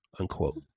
unquote